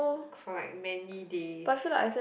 for like many days